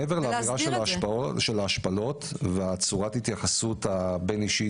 מעבר לאמירה של ההשפלות ולצורת ההתייחסות הבין-אישית